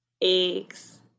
Eggs